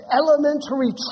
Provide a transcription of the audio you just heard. elementary